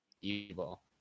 Evil